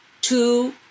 two